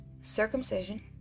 circumcision